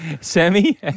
Sammy